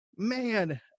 man